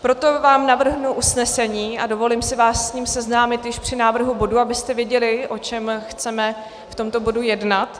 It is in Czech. Proto vám navrhnu usnesení a dovolím si vás s ním seznámit již při návrhu bodu, abyste věděli, o čem chceme v tomto bodu jednat.